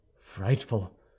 frightful